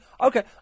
okay